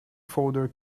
folder